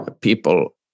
people